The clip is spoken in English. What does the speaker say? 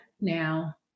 now